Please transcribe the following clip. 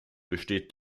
besteht